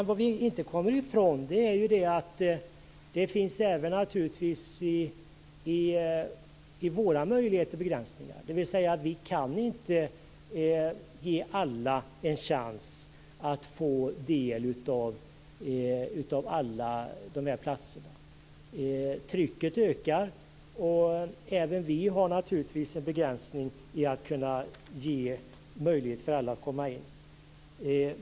Vad vi inte kommer ifrån är att det även finns begränsningar i våra möjligheter. Vi kan alltså inte ge alla chansen att få del av de här platserna. Trycket ökar, och även vi har en begränsning i fråga om att ge alla möjlighet att komma in.